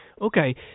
Okay